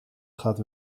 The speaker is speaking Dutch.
gaat